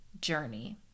journey